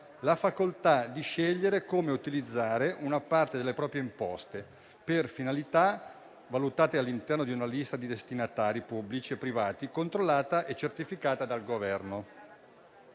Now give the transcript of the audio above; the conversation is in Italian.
la facoltà di scegliere come utilizzare una parte delle proprie imposte, per finalità valutate all'interno di una lista di destinatari pubblici e privati controllata e certificata dal Governo.